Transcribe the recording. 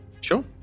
Sure